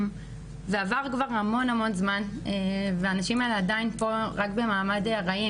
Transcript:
ועבר כבר המון זמן והנשים האלה עדיין פה רק במעמד ארעי.